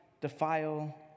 defile